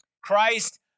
Christ